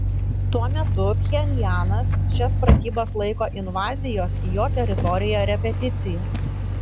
tuo metu pchenjanas šias pratybas laiko invazijos į jo teritoriją repeticija